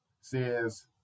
says